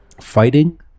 fighting